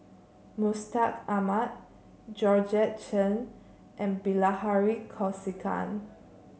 Mustaq Ahmad Georgette Chen and Bilahari Kausikan